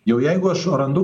jau jeigu aš randu